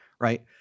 right